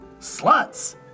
sluts